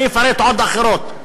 אני אפרט עוד אחרות,